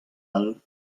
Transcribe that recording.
all